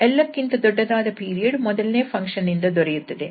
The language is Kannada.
ಎಲ್ಲಕ್ಕಿಂತ ದೊಡ್ಡದಾದ ಪೀರಿಯಡ್ ಮೊದಲನೇ ಫಂಕ್ಷನ್ ನಿಂದ ದೊರೆಯುತ್ತದೆ